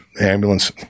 ambulance